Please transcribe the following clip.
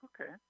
okay